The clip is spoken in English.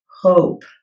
hope